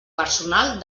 personal